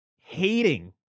hating